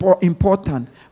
important